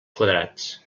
quadrats